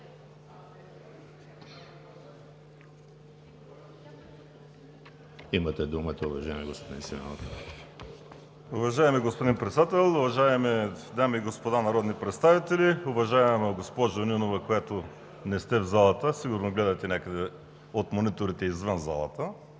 Имате думата, уважаеми господин Симеонов. ВАЛЕРИ СИМЕОНОВ (ОП): Уважаеми господин Председател, уважаеми дами и господа народни представители! Уважаема госпожо Нинова, която не сте в залата, сигурно гледате някъде от мониторите извън залата,